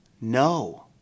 No